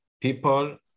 people